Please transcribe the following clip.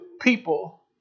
people